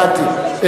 הבנתי.